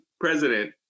president